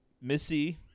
missy